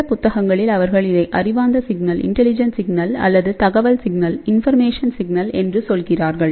சில புத்தகங்களில் அவர்கள் இதை அறிவார்ந்த சிக்னல் அல்லது தகவல் சிக்னல் என்று சொல்கிறார்கள்